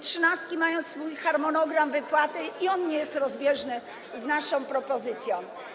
Trzynastki mają swój harmonogram wypłaty i on nie jest rozbieżny z naszą propozycją.